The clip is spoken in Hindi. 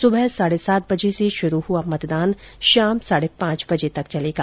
सुबह साढ़े सात बजे से शुरू हुआ मतदान शाम साढ़े पांच बर्जे तक चलेगा